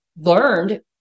learned